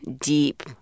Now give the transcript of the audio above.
deep